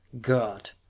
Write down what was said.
god